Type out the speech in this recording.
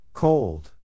Cold